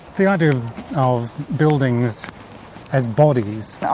the idea of buildings as bodies.